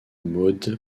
maude